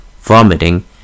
vomiting